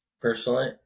Personally